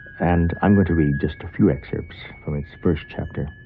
and i'm going to read just a few excerpts from its first chapter.